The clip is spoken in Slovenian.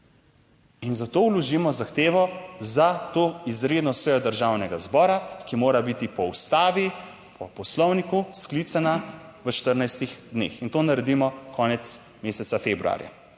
in zato vložimo zahtevo za to izredno sejo Državnega zbora, ki mora biti po Ustavi, po Poslovniku sklicana v 14. dneh in to naredimo konec meseca februarja